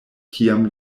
kiam